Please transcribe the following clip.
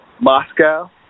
Moscow